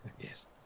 yes